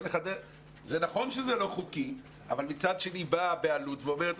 זה נכון שזה לא חוקי אבל מצד שני באה הבעלות ואומרת,